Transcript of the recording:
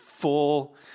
Full